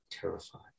terrified